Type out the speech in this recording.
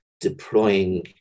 deploying